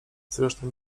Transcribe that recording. zresztą